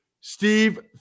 Steve